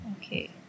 Okay